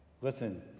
listen